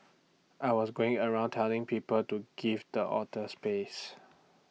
I was going around telling people to give the otters space